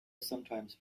sometimes